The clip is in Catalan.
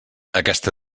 aquesta